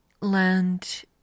land